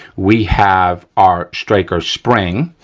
we have our striker spring.